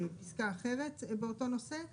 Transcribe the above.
בפסקה אחרת באותו נושא,